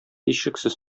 һичшиксез